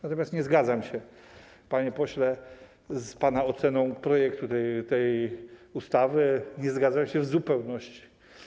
Natomiast nie zgadzam się, panie pośle, z pana oceną projektu tej ustawy, nie zgadzam się w zupełności.